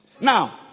Now